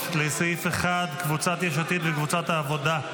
לסעיף 1. קבוצת יש עתיד וקבוצת העבודה.